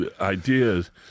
ideas